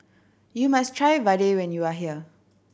you must try vadai when you are here